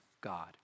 God